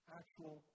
actual